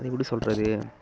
அது எப்படி சொல்வது